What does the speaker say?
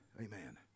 Amen